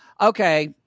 Okay